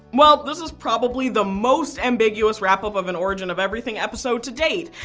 well this is probably the most ambiguous wrap up of an origin of everything episode to date!